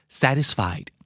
satisfied